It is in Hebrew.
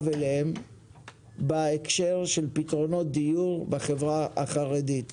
אליהם בהקשר של פתרונות דיור בחברה החרדית.